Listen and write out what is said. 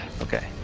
Okay